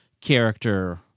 character